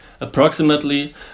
approximately